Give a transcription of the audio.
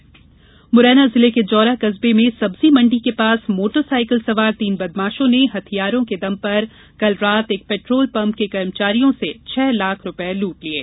petrol pump लूट मुरैना जिले के जौरा कस्बे में सब्जी मण्डी के पास मोटर साइकिल सवार तीन बदमाशों ने हथियारों के दम पर कल रात एक पेट्रोल पंप के कर्मचारियों से छह लाख रुपये लूट लिये